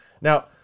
Now